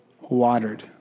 watered